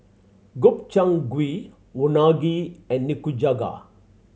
Gobchang Gui Unagi and Nikujaga